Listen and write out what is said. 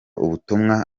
ubutumwa